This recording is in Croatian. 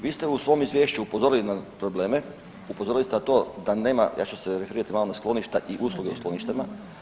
Vi ste u svom izvješću upozorili na probleme, upozorili ste na to da nema ja ću se referirati malo na skloništa i usluge u skloništima.